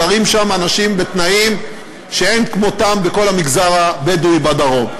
גרים שם אנשים בתנאים שאין כמותם בכל המגזר הבדואי בדרום.